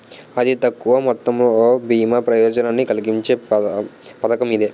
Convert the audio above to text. అతి తక్కువ మొత్తంతో బీమా ప్రయోజనాన్ని కలిగించే పథకం ఇది